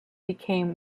became